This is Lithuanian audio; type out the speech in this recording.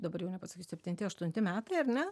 dabar jau nepasakysiu septinti aštunti metai ar ne